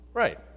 Right